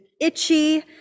itchy